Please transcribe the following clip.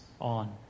on